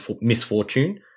misfortune